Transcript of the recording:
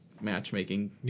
matchmaking